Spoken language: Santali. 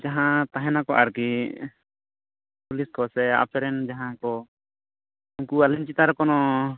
ᱡᱟᱦᱟᱸ ᱛᱟᱦᱮᱱᱟᱠᱚ ᱟᱨᱠᱤ ᱯᱩᱞᱤᱥ ᱠᱚᱥᱮ ᱟᱯᱮᱨᱮᱱ ᱡᱟᱦᱟᱸ ᱠᱚ ᱩᱱᱠᱩ ᱟᱹᱞᱤᱧ ᱪᱮᱛᱟᱱ ᱨᱮ ᱠᱚᱱᱚ